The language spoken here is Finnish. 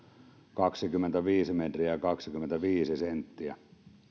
kaksikymmentäviisi metriä kaksikymmentäviisi senttiä